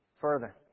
Further